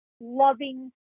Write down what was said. loving